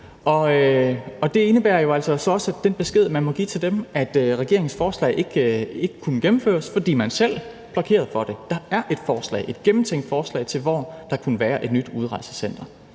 Og det indebærer jo altså så også den besked, man må give til dem, om, at regeringens forslag ikke kunne gennemføres, fordi man selv blokerede for det. Der er et forslag, et gennemtænkt forslag til, hvor der kunne være et nyt udrejsecenter.